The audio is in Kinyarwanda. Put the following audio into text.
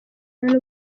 nta